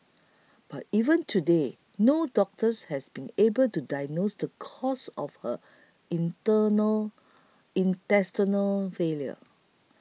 but even today no doctors has been able to diagnose the cause of her internal intestinal failure